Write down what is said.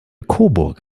coburg